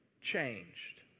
Changed